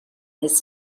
his